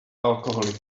alcoholic